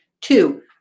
Two